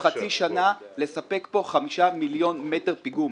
חצי שנה לספק פה 5 מיליון מטר פיגום.